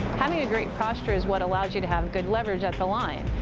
having a great posture is what allows you to have good leverage and a line.